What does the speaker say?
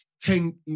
Ten